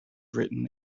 written